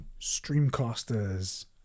streamcasters